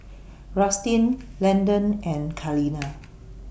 Rustin Landen and Kaleena